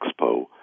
expo